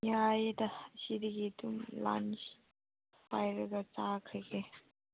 ꯌꯥꯏꯗ ꯑꯁꯤꯗꯒꯤ ꯑꯗꯨꯝ ꯂꯟꯁ ꯍꯥꯏꯔꯒ ꯆꯥꯈ꯭ꯔꯒꯦ